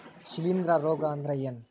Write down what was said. ಶಿಲೇಂಧ್ರ ರೋಗಾ ಅಂದ್ರ ಏನ್?